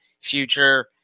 future